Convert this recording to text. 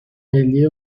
ملی